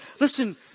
Listen